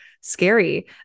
scary